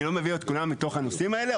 אני לא מביא את כולם לתוך הנושאים האלה.